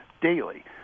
daily